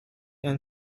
and